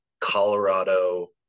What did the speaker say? Colorado